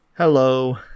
Hello